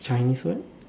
Chinese what